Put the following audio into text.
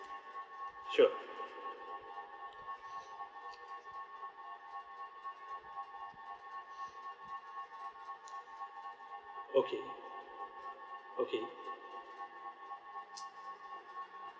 sure okay okay